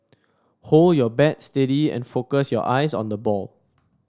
hold your bat steady and focus your eyes on the ball